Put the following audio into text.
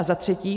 Za třetí.